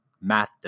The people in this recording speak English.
Math